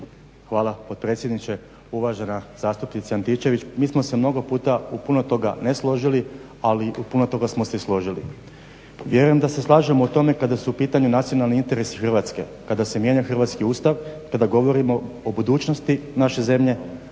Hvala potpredsjedniče. Uvažena zastupnice Antičević, mi smo se mnogo puta u puno toga ne složili ali u puno toga smo se i složili. Vjerujem da se slažemo u tome kada su u pitanju nacionalni interesi Hrvatske, kada se mijenja hrvatski Ustav, kada govorimo o budućnosti naše zemlje,